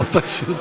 לא פשוט.